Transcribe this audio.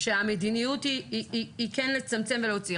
על כך שהמדיניות היא כן לצמצם ולהוציא.